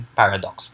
paradox